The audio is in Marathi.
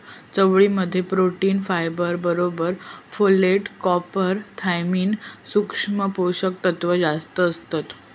चवळी मध्ये प्रोटीन, फायबर बरोबर फोलेट, कॉपर, थायमिन, सुक्ष्म पोषक तत्त्व जास्तं असतत